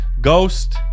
Ghost